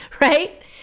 right